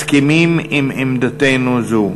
מסכימים עם עמדתנו זו.